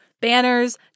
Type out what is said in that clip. Banners